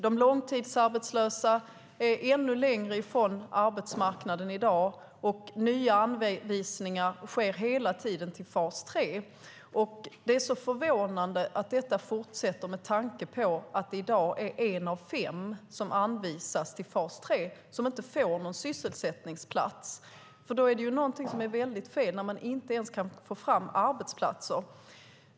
De långtidsarbetslösa är ännu längre från arbetsmarknaden i dag, och nya anvisningar sker hela tiden till fas 3. Det är förvånande att detta fortsätter med tanke på att det i dag är en av fem som anvisas till fas 3 som inte får någon sysselsättningsplats. Det är ju någonting som är väldigt fel när man inte ens kan få fram arbetsplatser.